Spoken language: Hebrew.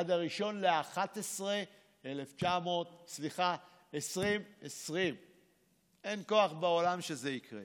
עד 1 בנובמבר 2020. אין כוח בעולם שזה יקרה